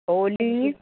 Holi